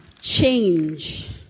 change